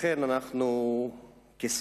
לכן, אנחנו כסיעה